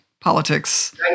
politics